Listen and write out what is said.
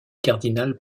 cardinal